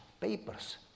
papers